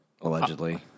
allegedly